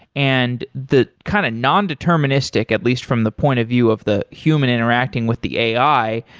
and the kind of non-deterministic, at least from the point of view of the human interacting with the ai,